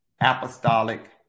apostolic